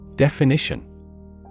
Definition